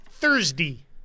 Thursday